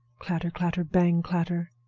clatter, clatter, bang, clatter!